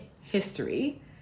history